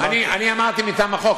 אני אמרתי מטעם החוק,